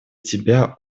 тебя